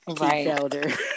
right